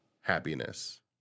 Happiness